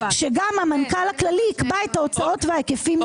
שגם המנהל הכללי יקבע את ההוצאות וההיקפים לטיפול.